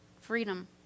freedom